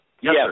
Yes